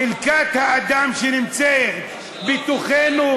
חלקת האדם שנמצאת בתוכנו,